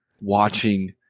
watching